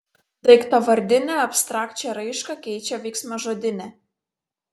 daiktavardinę abstrakčią raišką keičia veiksmažodinė